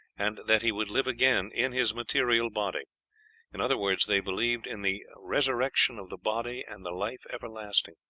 and that he would live again in his material body in other words, they believed in the resurrection of the body and the life everlasting.